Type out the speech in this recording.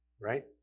right